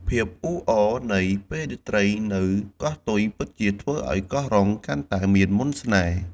ភាពអ៊ូអរនៃពេលរាត្រីនៅកោះទុយ ពិតជាធ្វើឲ្យកោះរ៉ុងកាន់តែមានមន្តស្នេហ៍។